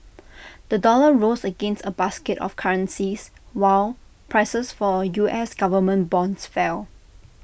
the dollar rose against A basket of currencies while prices for U S Government bonds fell